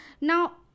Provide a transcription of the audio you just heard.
now